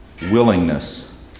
Willingness